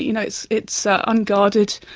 you know it's it's ah unguarded.